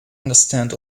understand